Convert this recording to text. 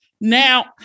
now